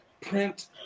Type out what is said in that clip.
print